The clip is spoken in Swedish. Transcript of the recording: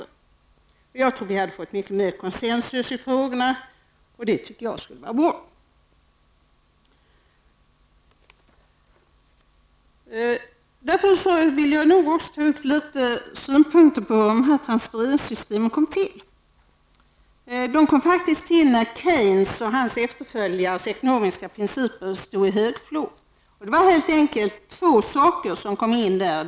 Då hade vi fått mycket mer Konsensus i frågorna, och det tycker jag skulle vara bra. Därför vill jag även ta upp några synpunkter på hur de här transfereringssystemen kom till. De kom faktiskt till när Keynes och hans efterföljares ekonomiska principer stod i högflor. Det var helt enkelt två saker som kom in där.